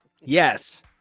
Yes